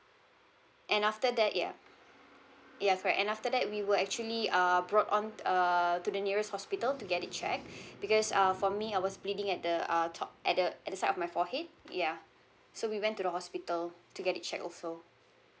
and after that ya yes correct and after that we were actually uh brought on err to the nearest hospital to get it checked because uh for me I was bleeding at the uh top at the at the side of my forehead ya so we went to the hospital to get it checked also